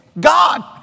God